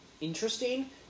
interesting